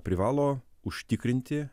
privalo užtikrinti